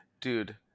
Dude